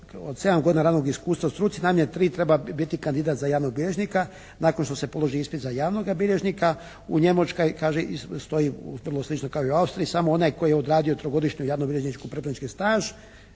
od 7 godina radnog iskustva u struci najmanje 3 treba biti kandidat za javnog bilježnika. Nakon što se položi ispit za javnoga bilježnika u Njemačkoj kaže, stoji, vrlo slično kaže u Austriji, samo onaj koji je odradio trogodišnji javnobilježnički pripravnički staž